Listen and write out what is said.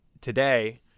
today